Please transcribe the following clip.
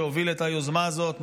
שהוביל את היוזמה הזאת,